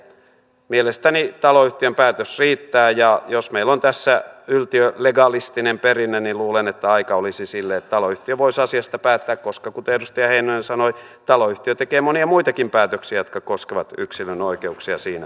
mielestäni taloyhtiön päätös riittää ja jos meillä on tässä yltiölegalistinen perinne niin luulen että aika olisi sille että taloyhtiö voisi asiasta päättää koska kuten edustaja heinonen sanoi taloyhtiö tekee monia muitakin päätöksiä jotka koskevat yksilön oikeuksia siinä yhtiössä